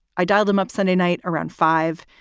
i dialed them up sunday night around five